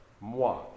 moi